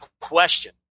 question